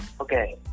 Okay